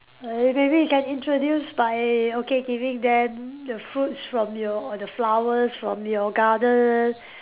err maybe you can introduce by okay giving them the fruits from your or the flowers from your garden